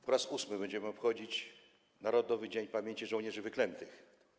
Po raz ósmy będziemy obchodzić Narodowy Dzień Pamięci Żołnierzy Wyklętych.